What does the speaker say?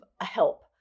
help